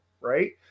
right